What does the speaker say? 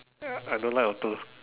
I don't like auto